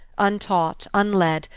untaught, unled,